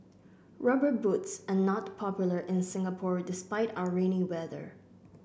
rubber boots are not popular in Singapore despite our rainy weather